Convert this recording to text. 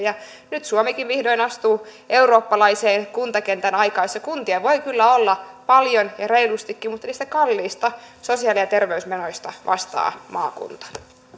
nyt suomikin vihdoin astuu eurooppalaiseen kuntakentän aikaan jossa kuntia voi kyllä olla paljon ja reilustikin mutta niistä kalliista sosiaali ja terveysmenoista vastaa maakunta